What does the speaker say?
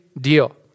deal